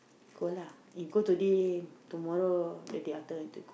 go lah if go today tomorrow ready after later go